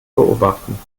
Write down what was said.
beobachten